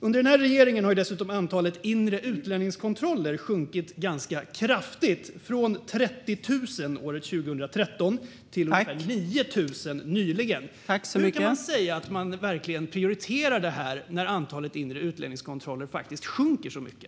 Under den här regeringen har dessutom antalet inre utlänningskontroller sjunkit ganska kraftigt från 30 000 år 2013 till ungefär 9 000 nyligen. Hur kan man säga att man verkligen prioriterar det här när antalet inre utlänningskontroller faktiskt sjunker så mycket?